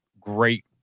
great